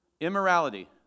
Immorality